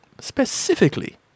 Specifically